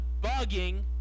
bugging